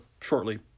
shortly